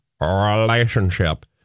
relationship